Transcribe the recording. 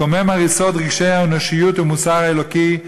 לקומם הריסות רגשי האנושיות ומוסר אלוקי,